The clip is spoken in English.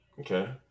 Okay